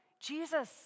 Jesus